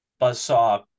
Buzzsaw